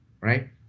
right